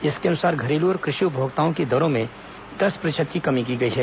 इसके अनुसार घरेलू और कृषि उपभोक्ताओं की दरों में दस प्रतिशत की कमी की गई है